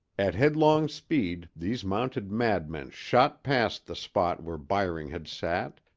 at headlong speed these mounted madmen shot past the spot where byring had sat,